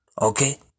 okay